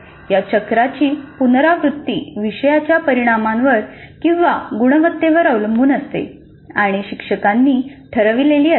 या चक्राची पुनरावृत्ती विषयाच्या परिणामांवर किंवा गुणवत्तेवर अवलंबून असते आणि शिक्षकांनी ठरवलेली असते